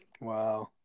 Wow